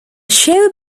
show